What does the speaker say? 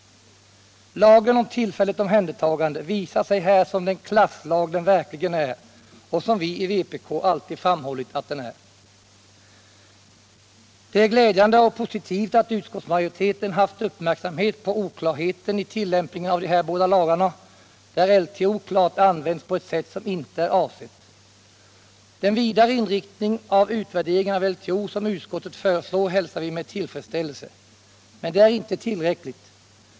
Lagen om tillfälligt omhändertagande visar sig här som den klasslag den verkligen är och som vi i vpk alltid framhållit att den är. Det är glädjande och positivt att utskottsmajoriteten uppmärksammat oklarheten i tillämpningen av de här båda lagarna, av vilka LTO klart använts på ett sätt som inte är avsett. Den vidare inriktning av utvärderingen av LTO som utskottet föreslår hälsar vi med tillfredsställelse. Men det är inte tillräckligt.